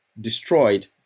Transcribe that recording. destroyed